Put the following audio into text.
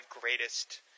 greatest